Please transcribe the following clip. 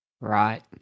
Right